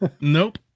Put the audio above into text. Nope